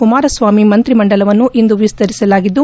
ಕುಮಾರಸ್ವಾಮಿ ಮಂತ್ರಿಮಂಡಲವನ್ನು ಇಂದು ವಿಸ್ತರಿಸಲಾಗಿದ್ದು